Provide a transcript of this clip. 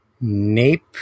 Nape